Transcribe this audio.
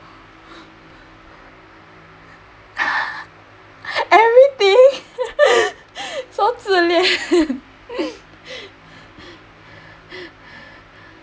everything so 自恋